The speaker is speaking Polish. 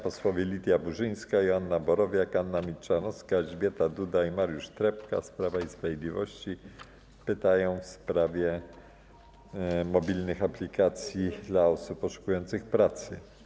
Posłowie Lidia Burzyńska, Joanna Borowiak, Anna Milczanowska, Elżbieta Duda i Mariusz Trepka z Prawa i Sprawiedliwości zadadzą pytanie w sprawie mobilnych aplikacji dla osób poszukujących pracy.